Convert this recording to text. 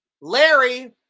Larry